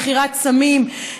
מכירת סמים,